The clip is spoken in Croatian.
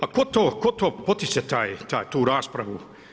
A tko to potiče tu raspravu?